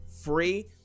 free